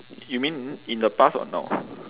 you mean in the past or now